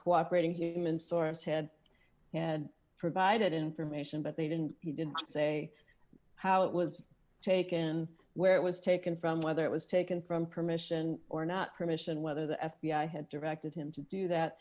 cooperating human source head had provided information but they didn't he didn't say how it was taken where it was taken from whether it was taken from permission or not permission whether the f b i had directed him to do that